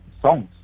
songs